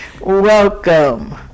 Welcome